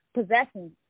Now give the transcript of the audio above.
possessions